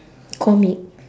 comic